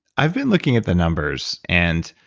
i've been looking at the numbers, and